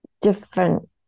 different